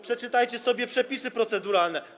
Przeczytajcie sobie przepisy proceduralne.